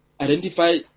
Identify